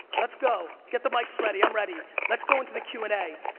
let's go, get the mics ready, i'm ready, let's go into the q and a,